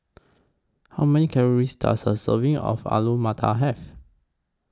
How Many Calories Does A Serving of Alu Matar Have